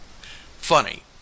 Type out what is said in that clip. Funny